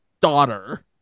daughter